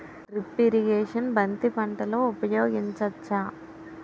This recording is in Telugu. డ్రిప్ ఇరిగేషన్ బంతి పంటలో ఊపయోగించచ్చ?